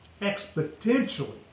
exponentially